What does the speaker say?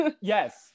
Yes